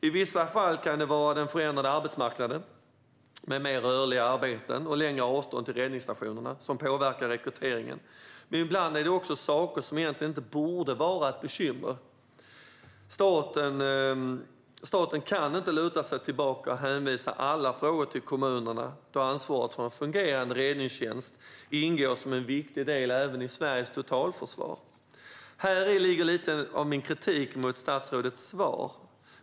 I vissa fall kan det vara den förändrade arbetsmarknaden med mer rörliga arbeten och längre avstånd till räddningsstationerna som påverkar rekryteringen, men ibland är det saker som egentligen inte borde vara ett bekymmer. Staten kan inte luta sig tillbaka och hänvisa alla frågor till kommunerna, då ansvaret för en fungerande räddningstjänst ingår som viktig del även i Sveriges totalförsvar. Häri ligger lite av min kritik mot statsrådets svar.